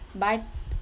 but